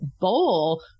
bowl